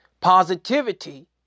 positivity